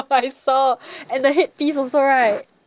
but I saw and the headpiece also right